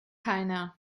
keiner